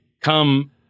come